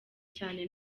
cyane